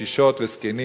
קשישות וזקנים